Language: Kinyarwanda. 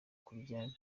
kurya